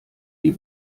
die